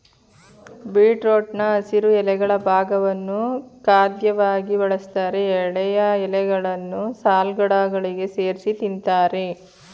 ಬೀಟ್ರೂಟ್ನ ಹಸಿರು ಎಲೆಗಳ ಭಾಗವನ್ನು ಖಾದ್ಯವಾಗಿ ಬಳಸ್ತಾರೆ ಎಳೆಯ ಎಲೆಗಳನ್ನು ಸಲಾಡ್ಗಳಿಗೆ ಸೇರ್ಸಿ ತಿಂತಾರೆ